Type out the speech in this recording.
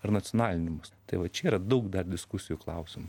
ar nacionaliniu mastu tai va čia yra daug dar diskusijų klausimų